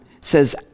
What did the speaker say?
says